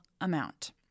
amount